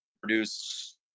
produce